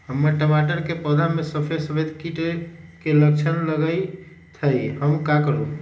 हमर टमाटर के पौधा में सफेद सफेद कीट के लक्षण लगई थई हम का करू?